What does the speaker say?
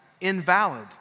Invalid